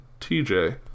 TJ